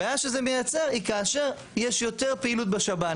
הבעיה שזה מייצר היא כאשר יש יותר פעילות בשב"ן.